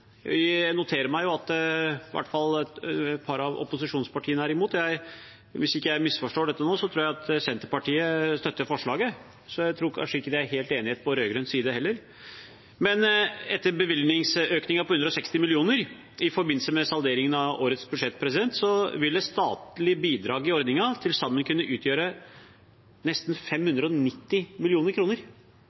Jeg noterer meg at i hvert fall et par av opposisjonspartiene er imot. Hvis jeg ikke misforstår dette nå, tror jeg at Senterpartiet støtter forslaget, så kanskje er de heller ikke helt enige på rød-grønn side. Etter bevilgningsøkningen på 160 mill. kr i forbindelse med salderingen av årets budsjett vil det statlige bidraget i ordningen til sammen kunne utgjøre nesten 590